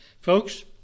Folks